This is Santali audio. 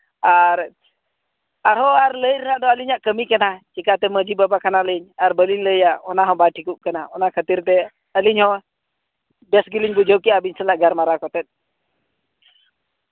ᱟᱨ ᱟᱨᱦᱚᱸ ᱟᱨ ᱞᱟᱹᱭ ᱨᱮᱱᱟᱜ ᱫᱚ ᱟᱹᱞᱤᱧᱟᱜ ᱠᱟᱹᱢᱤ ᱠᱟᱱᱟ ᱪᱤᱠᱟᱹᱛᱮ ᱢᱟᱹᱡᱷᱤ ᱵᱟᱵᱟ ᱠᱟᱱᱚᱞᱤᱧ ᱟᱨ ᱵᱟᱹᱞᱤᱧ ᱞᱟᱹᱭᱟ ᱚᱱᱟ ᱦᱚᱸ ᱵᱟᱭ ᱴᱷᱤᱠᱚᱜ ᱠᱟᱱᱟ ᱚᱱᱟ ᱠᱷᱟᱹᱛᱤᱨ ᱛᱮ ᱟᱹᱞᱤᱧ ᱦᱚᱸ ᱵᱮᱥ ᱜᱮᱞᱤᱧ ᱵᱩᱡᱷᱟᱹᱣ ᱠᱮᱜᱼᱟ ᱟᱹᱵᱤᱱ ᱥᱟᱞᱟᱜ ᱜᱟᱞᱢᱟᱨᱟᱣ ᱠᱟᱛᱮᱫ